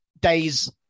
days